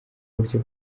buryo